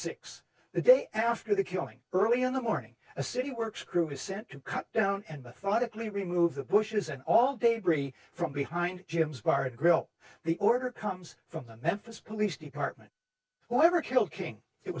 six the day after the killing early in the morning a city works crew is sent to cut down and methodically remove the bushes and all day three from behind jim's bar grill the order comes from the memphis police department whoever killed king it